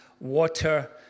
water